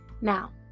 Now